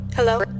Hello